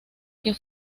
que